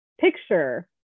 picture